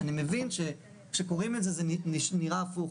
אני מבין שכאשר קוראים את זה זה נראה הפוך,